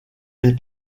les